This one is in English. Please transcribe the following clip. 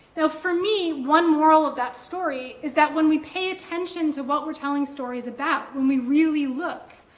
now, for me, one moral of that story is that when we pay attention to what we're telling stories about, when we really look,